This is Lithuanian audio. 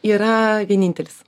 yra vienintelis